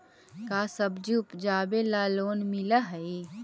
का सब्जी उपजाबेला लोन मिलै हई?